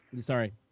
Sorry